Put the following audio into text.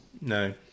No